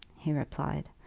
he replied,